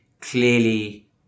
clearly